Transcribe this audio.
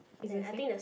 is the same